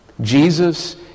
Jesus